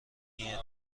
این